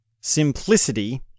simplicity